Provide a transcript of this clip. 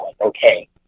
okay